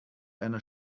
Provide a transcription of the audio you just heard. einer